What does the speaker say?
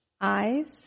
eyes